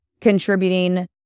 contributing